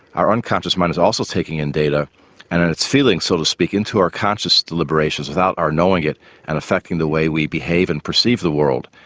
our unconscious mind is also taking in data and and it's feeding so to speak into our conscious deliberations without our knowing it and affecting the way we behave and perceive the world.